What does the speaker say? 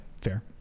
fair